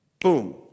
Boom